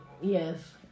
yes